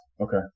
okay